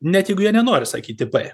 net jeigu jie nenori sakyti b